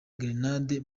grenade